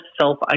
self